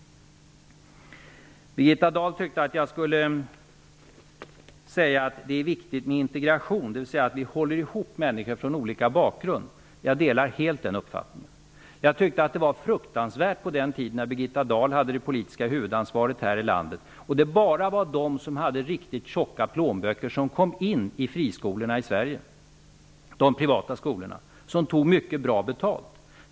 Birgitta Dahl tyckte att jag skulle säga att det är viktigt med integration, dvs. att vi håller ihop människor med olika bakgrund. Jag delar helt den uppfattningen. Jag tyckte att det var fruktansvärt på den tiden när Birgitta Dahl hade det politiska huvudansvaret här i landet och det bara var de som hade riktigt tjocka plånböcker som kom in i friskolorna i Sverige, i de privata skolor som tog mycket bra betalt.